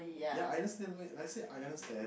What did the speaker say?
ya I understand right like I said I understand